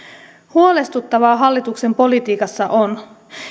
huolestuttavaa hallituksen politiikassa on